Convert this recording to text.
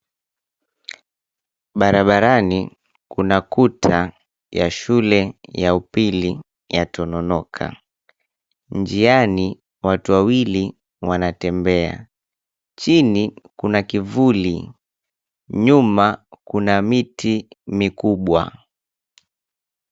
Barabarani kuna kuta ya shule ya upili ya Tononoka. Njiani watu wawili wanatembea. Chini kuna kivuli. Nyuma kuna miti mikubwa.